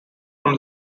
from